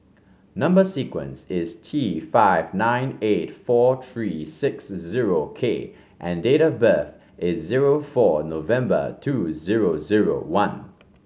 number sequence is T five nine eight four three six zero K and date of birth is zero four November two zero zero one